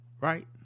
right